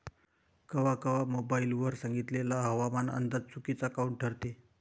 कवा कवा मोबाईल वर सांगितलेला हवामानाचा अंदाज चुकीचा काऊन ठरते?